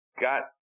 got